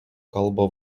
kalbą